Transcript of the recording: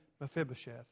Mephibosheth